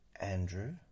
Andrew